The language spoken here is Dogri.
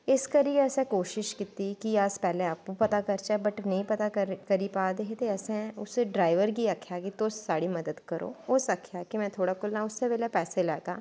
इस करियै असैं कोशिश कीती की अस पैह्लैं आपूं पता करचै बट नेंई करी पा दे हे ते असैं उसै ड्राईवर गी आक्केआ की तुस साढ़ी मदद करो उस आक्खेआ कि में तोआड़े कोला उस्सै बेल्लै पैसे लैह्गा